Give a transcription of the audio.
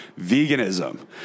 veganism